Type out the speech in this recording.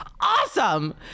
Awesome